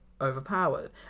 overpowered